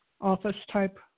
office-type